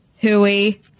hooey